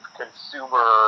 consumer